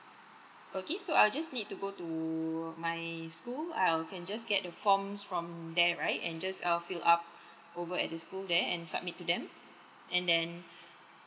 okay so I'll just need to go to my school I'll can just get the forms from there right and just err fill up over at the school there and submit to them and then